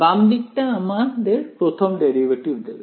বাম দিকটা আমাদের প্রথম ডেরিভেটিভ দেবে